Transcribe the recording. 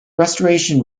restoration